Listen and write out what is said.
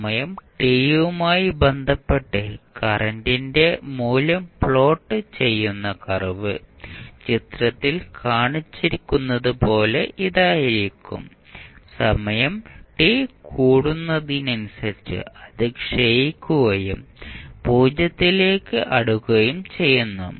സമയ ടി യുമായി ബന്ധപ്പെട്ട് കറന്റിന്റെ മൂല്യം പ്ലോട്ട് ചെയ്യുന്ന കർവ് ചിത്രത്തിൽ കാണിച്ചിരിക്കുന്നതുപോലെ ഇതായിരിക്കും സമയം ടി കൂടുന്നതിനനുസരിച്ച് അത് ക്ഷയിക്കുകയും 0 ലേക്ക് അടുക്കുകയും ചെയ്യുന്നു